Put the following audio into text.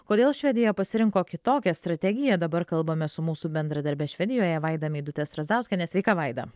kodėl švedija pasirinko kitokią strategiją dabar kalbame su mūsų bendradarbe švedijoje vaida meidute strazdauskiene sveika vaida